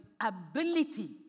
ability